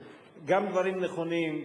הם גם דברים נכונים,